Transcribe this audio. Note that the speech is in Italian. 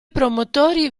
promotori